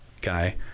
guy